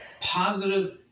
positive